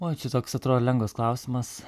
oi čia toks atrodo lengvas klausimas